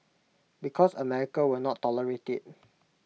because America will not tolerate IT